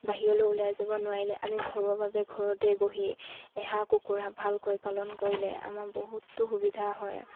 বাহিৰলৈ ওলাই যাব নোৱাৰিলে আমি ঘৰুৱাভাৱে ঘৰতেই বহি এ হাঁহ কুকুৰা ভালকৈ পালন কৰিলে আমাৰ বহুতো সুবিধা হয়